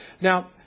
Now